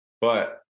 But-